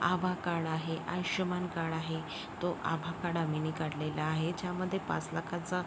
आभा card आहे Ayushman card आहे तो आभा कार्ड आम्ही नाही काढलेला आहे ज्यामध्ये पाच लाखाचा